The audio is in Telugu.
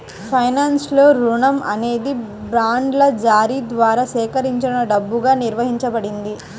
ఫైనాన్స్లో, రుణం అనేది బాండ్ల జారీ ద్వారా సేకరించిన డబ్బుగా నిర్వచించబడింది